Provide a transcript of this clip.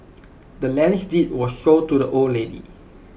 the land's deed was sold to the old lady